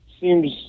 seems